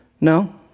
No